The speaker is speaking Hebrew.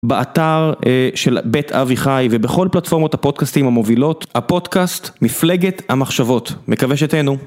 באתר של בית אביחי ובכל פלטפורמות הפודקאסטיים המובילות, הפודקאסט מפלגת המחשבות, מקווה שתהנו.